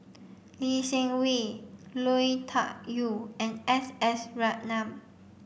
Lee Seng Wee Lui Tuck Yew and S S Ratnam